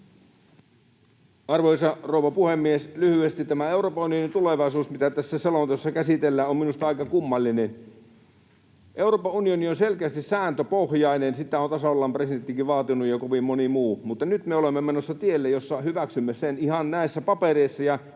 Arvoisa rouva puhemies! Lyhyesti: Tämä Euroopan unionin tulevaisuus, mitä tässä selonteossa käsitellään, on minusta aika kummallinen. Euroopan unioni on selkeästi sääntöpohjainen. Sitä on tasavallan presidenttikin vaatinut ja kovin moni muu, mutta nyt me olemme menossa tielle, jolla hyväksymme ihan näissä papereissa